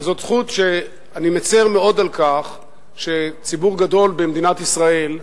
וזו זכות שאני מצר מאוד על כך שציבור גדול במדינת ישראל,